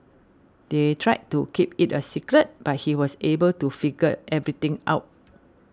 they tried to keep it a secret but he was able to figure everything out